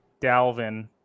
Dalvin